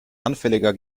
anfälliger